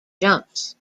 jumps